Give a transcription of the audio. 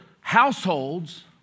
households